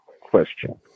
question